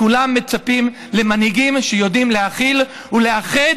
כולם מצפים למנהיגים שיודעים להכיל ולאחד